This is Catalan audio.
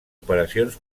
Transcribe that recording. operacions